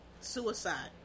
suicide